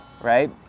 right